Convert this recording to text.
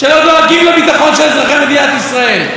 שלא דואגים לביטחון של אזרחי מדינת ישראל.